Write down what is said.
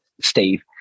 steve